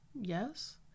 Yes